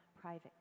private